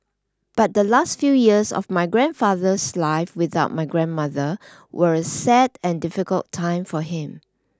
but the last few years of my grandfather's life without my grandmother were a sad and difficult time for him